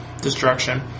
destruction